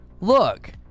Look